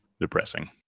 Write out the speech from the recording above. Depressing